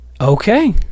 Okay